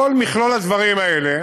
מכלול הדברים האלה